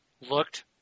looked